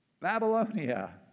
Babylonia